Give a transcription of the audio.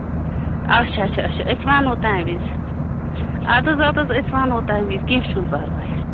اَچھا اَچھا اَچھا أسۍ وَنہو تَمہِ وِزِ اَدٕ حظ اَدٕ حظ أسۍ وَنہو تَمہِ وِزِ کیٚنٛہہ چھُنہٕ پَرواے